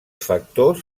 factors